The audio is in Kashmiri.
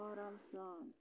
آرام سان